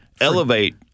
elevate